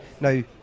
Now